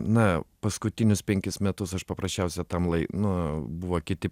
na paskutinius penkis metus aš paprasčiausia tam lai nu buvo kiti